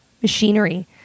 Machinery